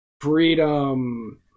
freedom